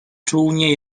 czółnie